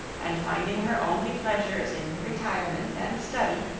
and finding her only pleasures in retirement and study,